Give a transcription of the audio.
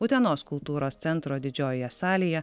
utenos kultūros centro didžiojoje salėje